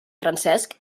francesc